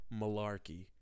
malarkey